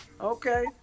Okay